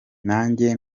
nanjye